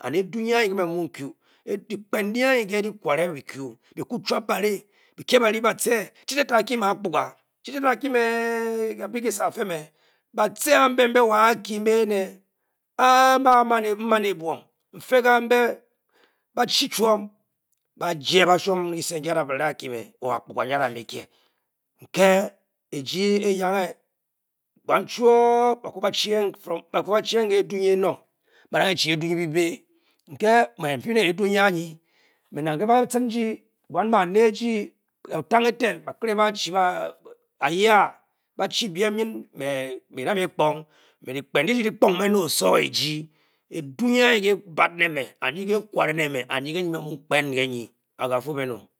Edu nyi anyi ke mu' ku. dyikpen ndyi anyi ke' dyi kware byi kú byi ku' chwap bári byi kye baii ba-ce chi tété a'kyi me' akpuga. chi-tété a'bi kyisé a'kyime ba-ce a'be-nbe āā kyi me' éné áá main ebwom nfiē kánbé ba chi chwom ba'jeē bachwom kyisé nkyi da rē a'kyi me akpuga nyi a'da me kyie. nke' eji eyange bwan chwo. baku ba'chein ke' edu nyi enong ba'dange-chi edu' nyi byibi nké me nfuine edu' nyi anyi nang ke ba-cin ji bwan. baneji o'tang ètén ba'kyire ba'chi a'yaá ba-chi byiem nyn me kyi dā mé kpung mé dyikpen ndyi ji dyi kware osowo eji edu' nyi anyi ké e'bāt ne-me-nyi ke ekware'ne'me and nyi ke- me- mu- kpen ke nyi agafuo bên-ō.